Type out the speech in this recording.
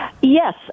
Yes